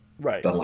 right